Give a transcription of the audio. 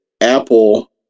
Apple